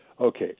Okay